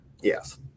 Yes